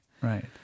Right